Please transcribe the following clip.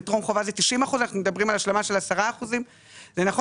בטרום חובה זה 90%. אנחנו מדברים על השלמה של 10%. זה נכון